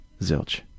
Zilch